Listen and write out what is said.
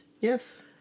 Yes